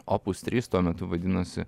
opus trys tuo metu vadinosi